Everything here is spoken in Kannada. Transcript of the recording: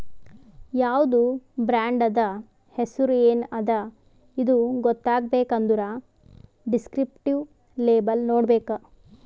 ಯಾವ್ದು ಬ್ರಾಂಡ್ ಅದಾ, ಹೆಸುರ್ ಎನ್ ಅದಾ ಇದು ಗೊತ್ತಾಗಬೇಕ್ ಅಂದುರ್ ದಿಸ್ಕ್ರಿಪ್ಟಿವ್ ಲೇಬಲ್ ನೋಡ್ಬೇಕ್